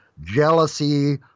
jealousy